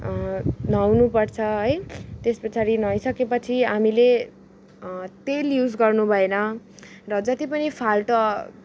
नुहाउनु पर्छ है त्यस पछाडि नुहाई सकेपछि हामीले तेल युज गर्नु भएन र जती पनि फाल्टु